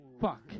Fuck